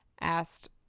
asked